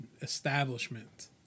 establishment